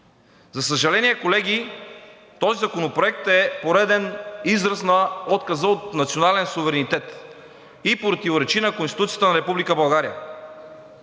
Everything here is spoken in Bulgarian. За съжаление, колеги, този законопроект е пореден израз на отказа от национален суверенитет и противоречи на Конституцията на